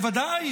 בוודאי,